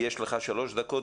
יש לך שלוש דקות.